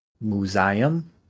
museum